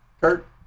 Kurt